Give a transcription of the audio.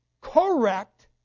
correct